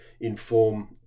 inform